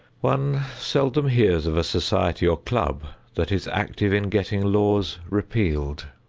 one seldom hears of a society or club that is active in getting laws repealed.